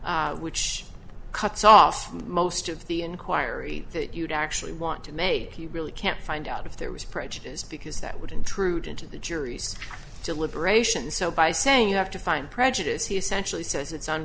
b which cuts off most of the inquiry that you'd actually want to make he really can't find out if there was prejudice because that would intrude into the jury's deliberations so by saying you have to find prejudice he essentially says it's